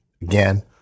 Again